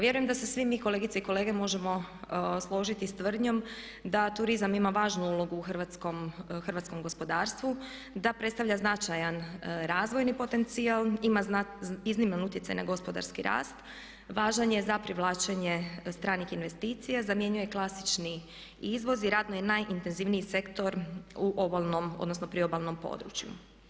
Vjerujem da se svi mi kolegice i kolege možemo složiti s tvrdnjom da turizam ima važnu ulogu u hrvatskom gospodarstvu, da predstavlja značajan razvojni potencijal, ima izniman utjecaj na gospodarski rast, važan je za privlačenje stranih investicija, zamjenjuje klasični izvoz i radno je najintenzivniji sektor u obalnom odnosno priobalnom području.